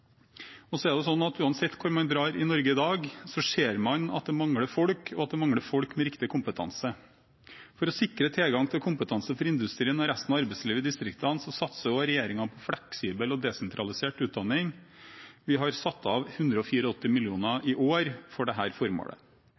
Uansett hvor man drar i Norge i dag, ser man at det mangler folk, og at det mangler folk med riktig kompetanse. For å sikre tilgang til kompetanse for industrien og resten av arbeidslivet i distriktene satser regjeringen på fleksibel og desentralisert utdanning. Vi har satt av 184 mill. kr i år for dette formålet.